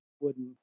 wooden